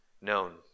known